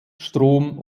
strom